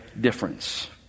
difference